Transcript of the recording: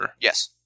yes